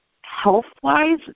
health-wise